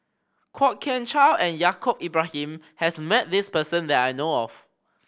Kwok Kian Chow and Yaacob Ibrahim has met this person that I know of